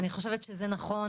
אני חושבת שזה נכון.